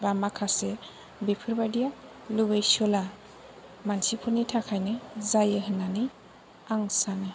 बा माखासे बेफोरबायदिया लुबैसुला मानसिफोरनि थाखायनो जायो होन्नानै आं सानो